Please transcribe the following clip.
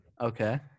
Okay